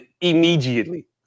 immediately